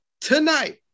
tonight